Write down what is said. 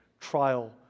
trial